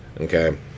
Okay